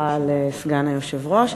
ההצלחה לסגן היושב-ראש,